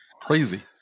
crazy